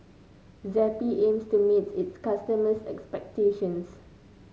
Zappy aims to meets its customers' expectations